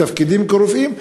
מתפקדים כרופאים,